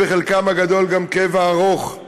וחלקם הגדול גם קבע ארוך.